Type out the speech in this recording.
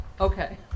Okay